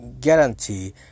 guarantee